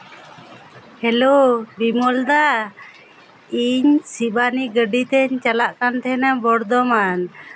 hello Bimal ᱫᱟ ᱤᱧ ᱥᱤᱵᱟᱱᱤ ᱜᱟᱹᱰᱤᱛᱮᱧ ᱪᱟᱞᱟᱜ ᱠᱟᱱ ᱛᱟᱦᱮᱱᱟ ᱵᱚᱨᱫᱷᱚᱢᱟᱱ